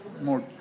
more